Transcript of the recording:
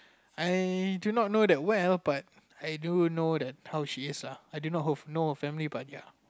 I do not know that well but I do know that how she is lah I do not know her family but ya